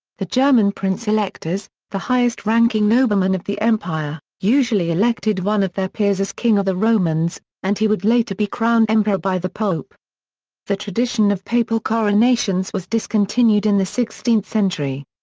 the german prince-electors, the highest ranking noblemen of the empire, usually elected one of their peers as king of the romans, and he would later be crowned emperor by the pope the tradition of papal coronations was discontinued in the sixteenth century.